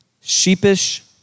sheepish